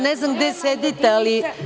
Ne znam gde sedite, ali…